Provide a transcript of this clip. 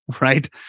Right